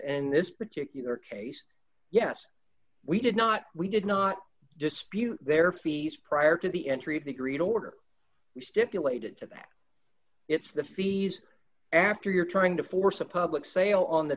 and this particular case yes we did not we did not dispute their fees prior to the entry of the agreed order we stipulated to that it's the fees after you're trying to force a public sale on the